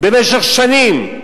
במשך שנים,